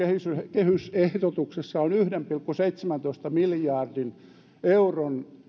kehysehdotuksessa on yhden pilkku seitsemäntoista miljardin euron